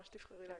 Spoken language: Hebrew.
מה שתבחרי להגיד.